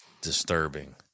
disturbing